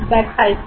বাক এর